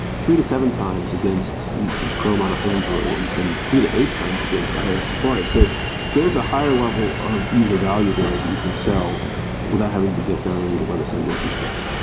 three to seven times against chrome on android and and three to eight times against ios safari. so there is a higher level of user value there that you can sell without having to get down into the webassembly details.